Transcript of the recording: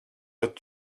that